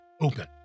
open